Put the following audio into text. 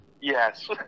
Yes